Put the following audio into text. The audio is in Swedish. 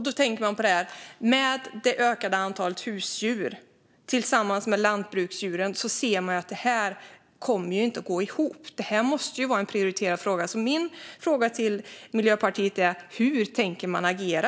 Det ökande antalet husdjur plus lantbruksdjuren gör att detta inte går ihop. Därför måste frågan prioriteras. Hur tänker Miljöpartiet agera?